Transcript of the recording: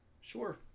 sure